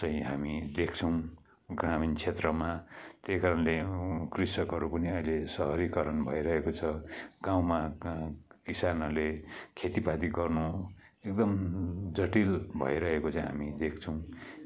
चाहिँ हामी देख्छौँ ग्रामीण क्षेत्रमा त्यहीकारणले कृषकहरू पनि अहिले शहरीकरण भइरहेको छ गाउँमा किसानहरूले खेतीपाती गर्नु एकदम जटिल भइरहेको चाहिँ हामी देख्छौँ